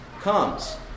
comes